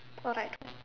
alright